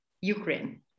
Ukraine